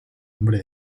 nombre